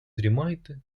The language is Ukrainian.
дрімайте